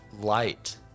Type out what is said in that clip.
light